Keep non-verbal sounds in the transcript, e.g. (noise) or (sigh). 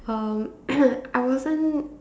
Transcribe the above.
um (noise) I wasn't